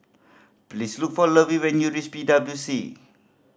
please look for Lovie when you reach P W C